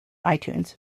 itunes